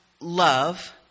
love